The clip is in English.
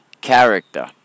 character